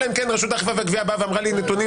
אלא אם כן רשות האכיפה והגבייה אמרה לי נתונים